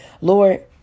Lord